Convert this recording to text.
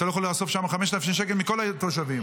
אתה לא יכול לאסוף שם 5,000 שקל מכל התושבים.